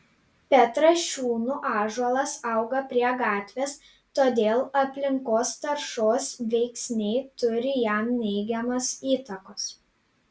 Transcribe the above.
petrašiūnų ąžuolas auga prie gatvės todėl aplinkos taršos veiksniai turi jam neigiamos įtakos